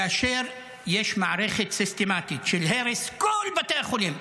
כאשר יש מערכת סיסטמטית של הרס על בתי החולים,